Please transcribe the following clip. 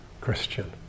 Christian